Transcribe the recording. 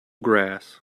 grass